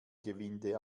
gewinde